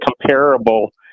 comparable